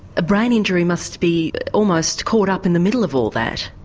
brain injury must be almost caught up in the middle of all that.